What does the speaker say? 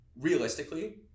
realistically